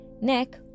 Nick